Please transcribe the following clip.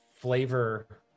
flavor